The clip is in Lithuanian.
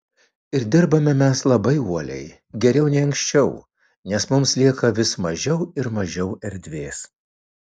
ir dirbame mes labai uoliai geriau nei anksčiau nes mums lieka vis mažiau ir mažiau erdvės